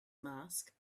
mask